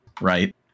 right